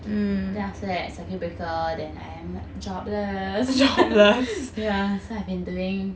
then after that circuit breaker then I am jobless ya so I've been doing